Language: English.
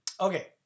okay